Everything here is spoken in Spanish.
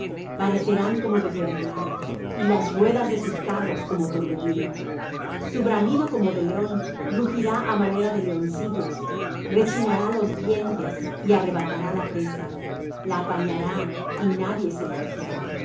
parecerán como de pedernal y las ruedas de sus carros como torbellino su bramido como de león rugirá á manera de leoncillos rechinará los dientes y arrebatará la presa la apañara y nadie se la quitará